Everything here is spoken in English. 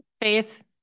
Faith